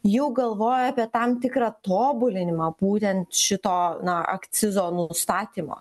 jau galvoja apie tam tikrą tobulinimą būtent šito na akcizo nustatymo